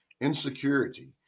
insecurity